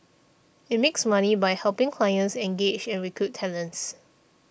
it makes money by helping clients engage and recruit talents